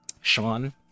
Sean